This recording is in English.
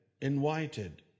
invited